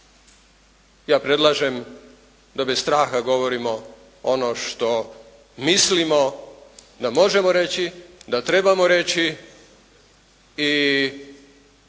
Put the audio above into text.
Ja predlažem da bez straha govorimo ono što mislimo da možemo reći, da trebamo reći i